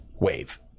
wave